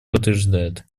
подтверждает